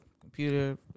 computer